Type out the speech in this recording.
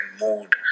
mood